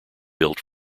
built